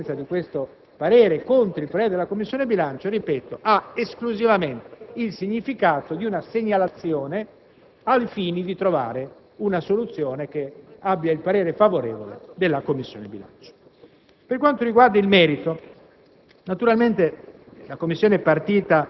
ruolo. Il fatto che vi sia un emendamento approvato in assenza di questo parere e contro il parere della Commissione bilancio ha esclusivamente il significato di una segnalazione al fine di trovare una soluzione supportata dal parere favorevole della stessa Commissione bilancio.